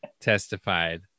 testified